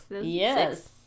yes